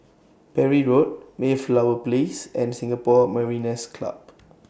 Parry Road Mayflower Place and Singapore Mariners' Club